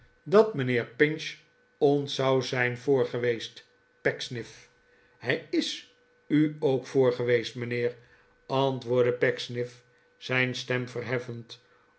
dat mijnheer pinch ons zou zijn voorgeweest pecksniff hij is u ook voor geweest mijnheer antwoordde pecksniff zijn stem verheffend